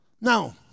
Now